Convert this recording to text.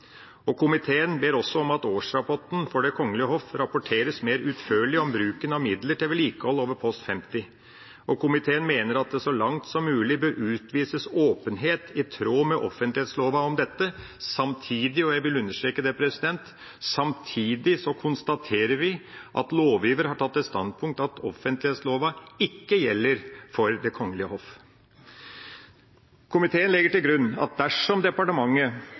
Komiteen ber også om at det i årsrapporten for Det kongelige hoff rapporteres mer utførlig om bruken av midler til vedlikehold over post 50. Komiteen mener at det så langt som mulig bør utvises åpenhet i tråd med offentlighetsloven om dette. Samtidig – og jeg vil understreke det – konstaterer vi at lovgiveren har tatt det standpunktet at offentlighetsloven ikke gjelder for Det kongelige hoff. Komiteen legger til grunn at dersom departementet